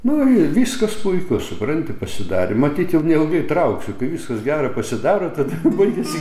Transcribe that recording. nu ir viskas puiku supranti pasidarė matyt jau neilgai trauksiu kai viskas gera pasidaro tada jau baigiasi